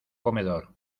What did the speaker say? comedor